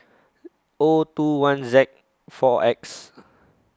O two one Z four X